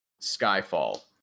Skyfall